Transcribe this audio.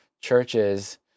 churches